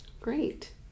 Great